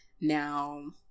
now